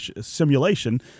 simulation